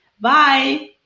bye